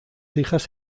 hijas